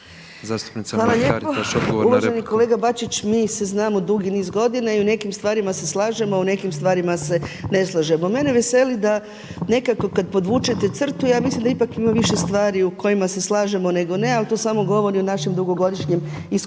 Hvala lijepo. Uvaženi kolega Bačić, mi se znamo dugi niz godina i u nekim stvarima se slažemo, u nekim stvarima se ne slažemo. Mene veseli da nekako kada podvučete crtu, ja mislim da ipak ima više stvari u kojima se slažemo nego ne, ali to samo govori o našem dugogodišnjem iskustvu.